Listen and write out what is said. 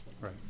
Right